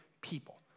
people